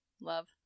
love